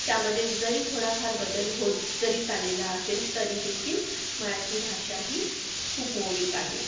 त्यामध्ये जरी थोडाफार बदल होत जरी चाललेला असेल तरीदेखील मराठी भाषा ही खूप मौलिक आहे